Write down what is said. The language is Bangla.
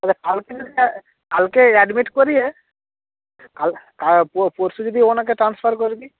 তালে কালকে স্যার কালকে অ্যাডমিট করিয়ে কাল কাল পরশু যদি ওনাকে ট্রান্সফার করে দিই